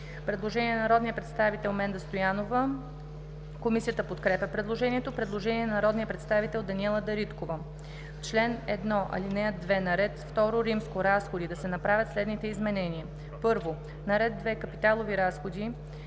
Предложение на народния представител Менда Стоянова. Комисията подкрепя предложението. Предложение на народния представител Даниела Дариткова. В чл. 1, ал. 2, на ред II „Разходи“ да се направят следните изменения: 1. На ред 2 „Капиталови разходи",